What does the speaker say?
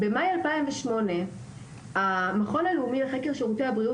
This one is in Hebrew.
במאי 2008 המכון הלאומי לחקר שירותי הבריאות